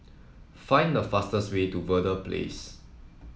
find the fastest way to Verde Place